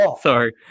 Sorry